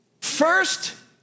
First